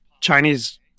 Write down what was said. Chinese